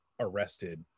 arrested